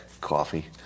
coffee